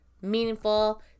meaningful